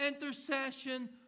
intercession